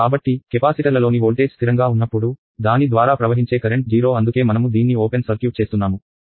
కాబట్టి కెపాసిటర్లలోని వోల్టేజ్ స్థిరంగా ఉన్నప్పుడు దాని ద్వారా ప్రవహించే కరెంట్ 0 అందుకే మనము దీన్ని ఓపెన్ సర్క్యూట్ చేస్తున్నాము